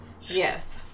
yes